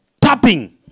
tapping